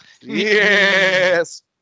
Yes